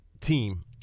team